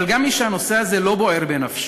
אבל גם מי שהנושא הזה לא בוער בנפשו,